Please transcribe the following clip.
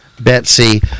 Betsy